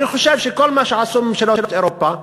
אני חושב שכל מה שעשו ממשלות אירופה,